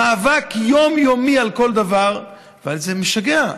מאבק יומיומי על כל דבר, וזה משגע.